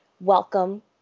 welcome